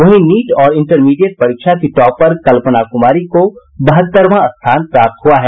वहीं नीट और इंटरमीडिएट परीक्षा की टॉपर कल्पना कुमारी को बहत्तरवां स्थान प्राप्त हुआ है